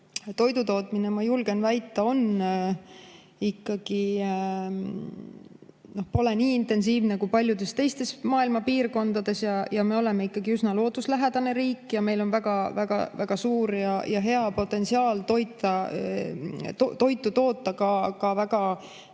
toidutootmine, ma julgen väita, pole nii intensiivne nagu paljudes teistes maailma piirkondades ja me oleme ikkagi üsna looduslähedane riik ja meil on väga suur ja hea potentsiaal toitu toota ka väga